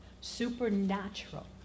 supernatural